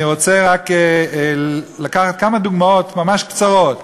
אני רוצה רק לקחת כמה דוגמאות, ממש קצרות: